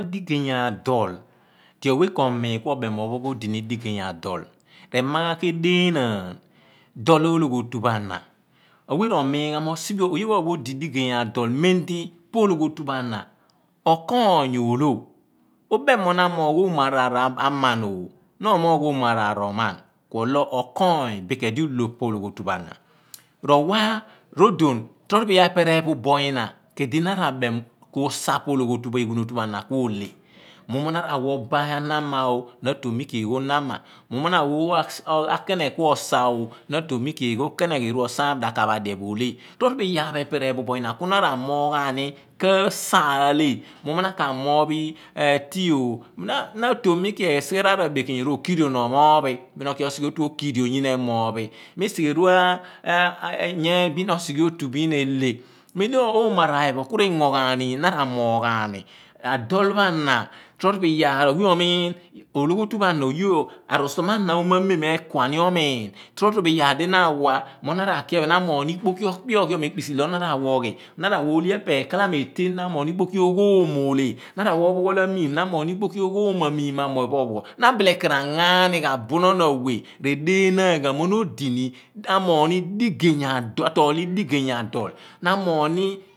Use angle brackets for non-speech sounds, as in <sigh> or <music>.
Diyey adol di awe k'omiin ke obem mo ophon odini digeny adol rema gha kedeenaan dol ologhotu pho ana awe romiin ghan mo siphe oye pho po pho odi digeny adol mem di pa ologhiotu pho ana okoony ololo ubem mo mo na amoogh oomo araar aman na omoogh ooma araar omen kuolo okoony bin ku idi illo pa ologhiotu pho ana ro wa rodon tor obo iyaar pho epe reephu bo nyina ku di na ra bem di ko sa pa ologhiotu pho ana ohle mughumo na ra wa oba anama mughumo na ra wa oogh akenegh ku osa na atom mo iki eegho kenegh eeru osaam dakaany pho adien ohle torobo iyaar pho epe reephu bo nyina ku na ramoogh ghan ni ko osa ohle mughumo na ka moophi tea po na atom mo iki esighe iyaar abekeeny eru okirion omoophi pir oki osighe otu okirion bin nyina emoophi mo isighe otu okirion bin nyina emoophi pir oke osighe otu okirion bin nyina emoophi mo isighe elru <hesitation> nyeen bin osighe otu bin nyina enle mem di oomo araraar pho iphen ku ringo ghan ni na ra moogh ni adol pho na torobo iyaar di ologhiotu pho ana oye arusuma ana oomo ameme kua ni omin rorobo iyaar di na wa mo na ra ki ephen na moogh ikpoki okpe ogheom ekpisi dina wa ogni na ra wa ohle epear ghalamo eten na moogh ni ikpoki oghoombohle na awa opughol amine na amoogh ni ikpoki oghoom amim ameun pho opughol na abie ken r ange aan bunon awe redeenaan ghan ni mo na moogh ni digey adol na amoogh ni